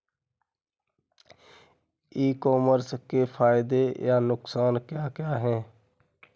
ई commerce के फायदे या नुकसान क्या क्या हैं?